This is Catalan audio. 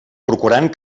procurant